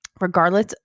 regardless